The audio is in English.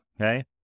okay